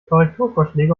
korrekturvorschläge